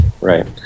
Right